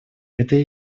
это